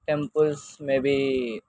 temples maybe